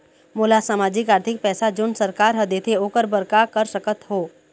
मोला सामाजिक आरथिक पैसा जोन सरकार हर देथे ओकर बर का कर सकत हो?